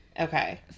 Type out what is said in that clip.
Okay